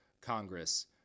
Congress